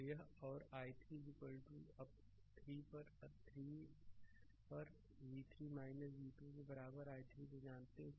तो यह और i3 अब 3 पर 3 पर v3 v2 के बराबर i3 को जानते हैं